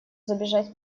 забежать